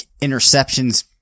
interception's